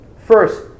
First